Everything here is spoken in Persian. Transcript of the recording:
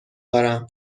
دارم